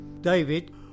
David